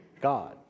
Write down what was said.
God